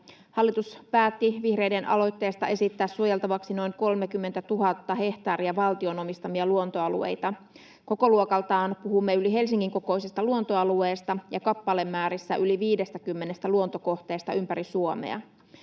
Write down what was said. Hallitus päätti vihreiden aloitteesta esittää suojeltavaksi noin 30 000 hehtaaria valtion omistamia luontoalueita. Kokoluokaltaan puhumme yli Helsingin kokoisesta luontoalueesta ja kappalemäärissä yli 50 luontokohteesta ympäri Suomea.